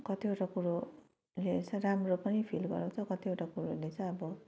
कतिवटा कुरोले चाहिँ राम्रो पनि फिल गराउँछ कतिवटा कुरोले चाहिँ अब